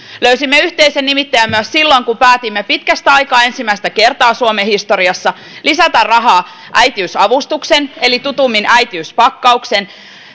löysimme yhteisen nimittäjän myös silloin kun päätimme pitkästä aikaa ensimmäistä kertaa suomen historiassa lisätä rahaa äitiysavustuksen eli tutummin äitiyspakkauksen